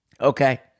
okay